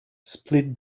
split